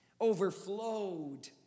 overflowed